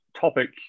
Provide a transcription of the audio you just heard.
topic